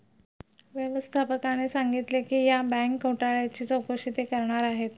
व्यवस्थापकाने सांगितले की या बँक घोटाळ्याची चौकशी ते करणार आहेत